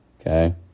Okay